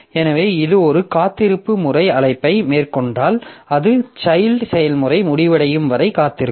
எனவே இது ஒரு காத்திருப்பு முறை அழைப்பை மேற்கொண்டால் அது சைல்ட் செயல்முறை முடிவடையும் வரை காத்திருக்கும்